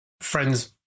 friend's